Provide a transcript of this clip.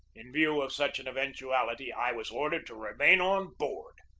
in view of such an event uality i was ordered to remain on board,